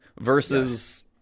versus